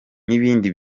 nibindi